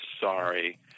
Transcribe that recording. sorry